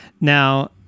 now